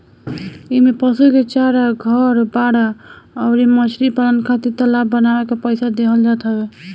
इमें पशु के चारा, घर, बाड़ा अउरी मछरी पालन खातिर तालाब बानवे के पईसा देहल जात हवे